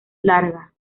larga